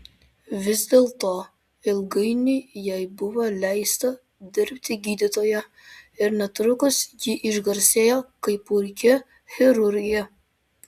vis dėlto ilgainiui jai buvo leista dirbti gydytoja ir netrukus ji išgarsėjo kaip puiki chirurgė